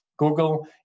Google